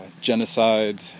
Genocide